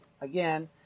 Again